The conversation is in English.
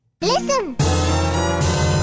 Listen